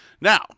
Now